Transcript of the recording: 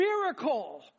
miracle